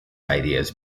ideas